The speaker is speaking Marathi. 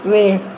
वेळ